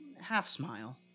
half-smile